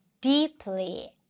deeply